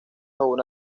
una